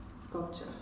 sculpture